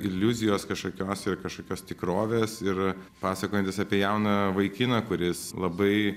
iliuzijos kažkokios ir kažkokios tikrovės ir pasakojantis apie jauną vaikiną kuris labai